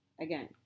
Again